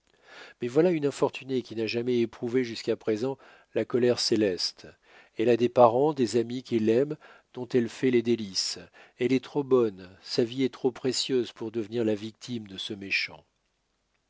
mais voilà une infortunée qui n'a jamais éprouvé jusqu'à présent la colère céleste elle a des parents des amis qui l'aiment dont elle fait les délices elle est trop bonne sa vie est trop précieuse pour devenir la victime de ce méchant